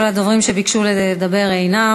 כל הדוברים שביקשו לדבר אינם,